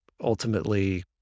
ultimately